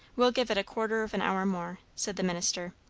we'll give it a quarter of an hour more, said the minister.